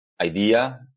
idea